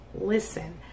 Listen